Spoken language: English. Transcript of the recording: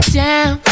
down